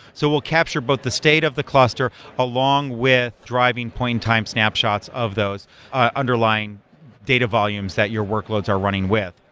so will capture both the state of the cluster along with driving point in time snapshots of those ah underlying data volumes that your workloads are running with,